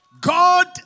God